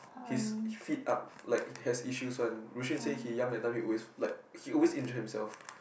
his feet arch like has issues one Ru-Xuan say he young that time he always like he always injury himself